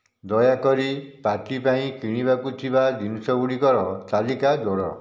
ଦୟାକରି ପାର୍ଟି ପାଇଁ କିଣିବାକୁ ଥିବା ଜିନିଷ ଗୁଡ଼ିକର ତାଲିକା ଯୋଡ଼